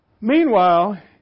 meanwhile